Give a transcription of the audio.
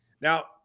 Now